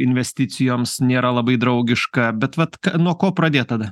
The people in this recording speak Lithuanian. investicijoms nėra labai draugiška bet vat nuo ko pradėt tada